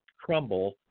crumble